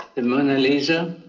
the mona lisa